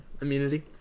immunity